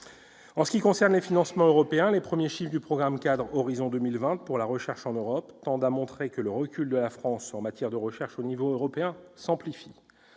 En ce qui concerne les financements européens, les premiers chiffres du programme-cadre « Horizon 2020 » pour la recherche en Europe tendent à montrer que le recul de la France en matière de recherche au niveau européen s'amplifie.